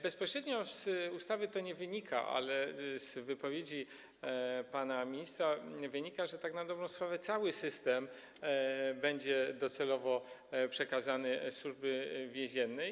Bezpośrednio z ustawy to nie wynika, ale z wypowiedzi pana ministra wynika, że tak na dobrą sprawę cały system będzie docelowo przekazany Służbie Więziennej.